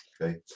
okay